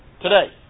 today